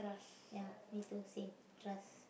ya need to same trust